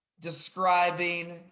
describing